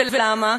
ולמה?